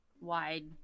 wide